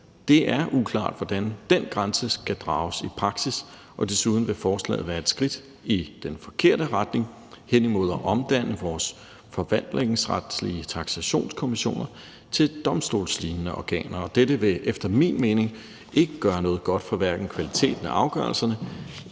Det er uklart, hvordan den grænse skal drages i praksis, og desuden vil forslaget være et skridt i den forkerte retning hen imod at omdanne vores forvaltningsretlige taksationskommissioner til domstolslignende organer. Og dette vil efter min mening ikke gøre noget godt for hverken kvaliteten af afgørelserne